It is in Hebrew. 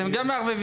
אתם גם מערבבים.